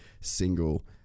single